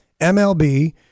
MLB